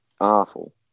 awful